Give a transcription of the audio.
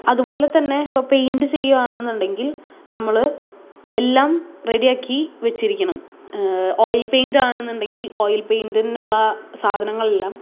അതുപോലെ തന്നെ ഇപ്പം പെയ്ൻറ്റ് ചെയ്യുക ആണെന്നുണ്ടെങ്കിൽ നമ്മള് എല്ലാം റെഡിയാക്കി വെച്ചിരിക്കണം ഓയിൽ പെയിൻറ്റാണ് എന്നുണ്ടെങ്കിൽ ഓയിൽ പെയിന്റിനുള്ള സാധനങ്ങളെല്ലാം